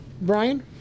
Brian